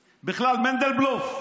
בכלל, מנדלבלוף,